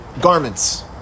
garments